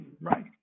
right